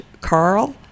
Carl